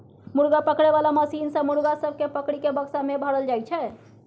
मुर्गा पकड़े बाला मशीन सँ मुर्गा सब केँ पकड़ि केँ बक्सा मे भरल जाई छै